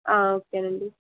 okay అండి